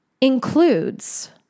includes